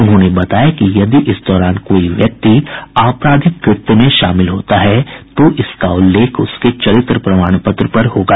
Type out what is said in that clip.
उन्होंने बताया कि यदि इस दौरान कोई व्यक्ति आपराधिक कृत्य में शामिल होता है तो इसका उल्लेख उसके चरित्र प्रमाण पत्र पर होगा